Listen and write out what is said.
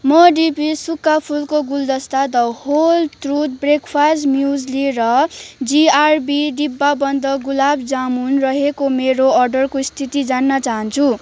म डिपी सुक्खा फुलको गुलदस्ता the whole truth breakfast muesli र जिआरबी डिब्बाबन्द गुलाब जामुन रहेको मेरो अर्डरको स्थिति जान्न चाहन्छु